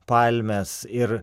palmės ir